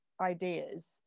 ideas